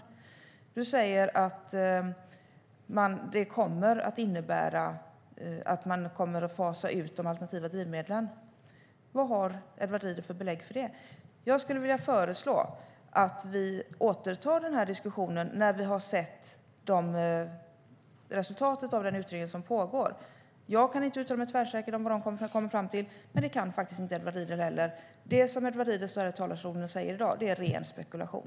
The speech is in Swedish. Edward Riedl säger att en skatt kommer att innebära att de alternativa drivmedlen kommer att fasas ut. Vad har Edward Riedl för belägg för det? Jag skulle vilja föreslå att vi återtar diskussionen när vi har sett resultatet av den pågående utredningen. Jag kan inte uttala mig tvärsäkert om vad den ska komma fram till, och det kan inte faktiskt inte heller Edward Riedl. Det Edward Riedl säger i talarstolen i dag är ren spekulation.